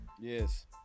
Yes